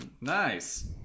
Nice